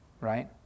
right